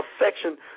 affection